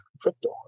crypto